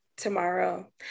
Tomorrow